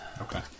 Okay